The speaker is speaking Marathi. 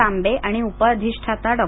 तांबे आणि उपअधिष्ठाता डॉ